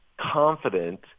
confident